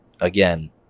again